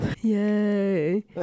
Yay